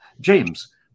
James